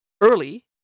early